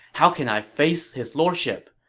how can i face his lordship?